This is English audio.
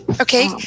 Okay